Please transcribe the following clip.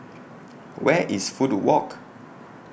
Where IS Fudu Walk